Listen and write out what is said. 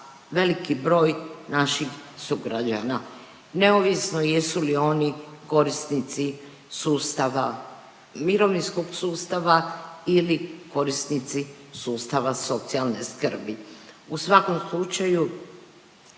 veliki broj naših sugrađana neovisno jesu li oni korisnici sustava, mirovinskog sustava ili korisnici sustava socijalne skrbi. U svakom slučaju